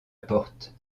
porte